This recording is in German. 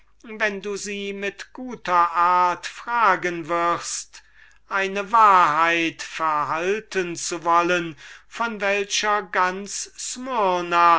wenn du sie mit guter art fragen wirst eine wahrheit verhalten zu wollen von welcher ganz